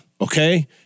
Okay